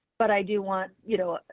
but i do want, you know,